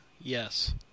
yes